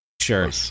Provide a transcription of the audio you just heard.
Sure